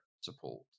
support